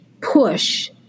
push